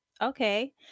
Okay